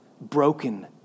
broken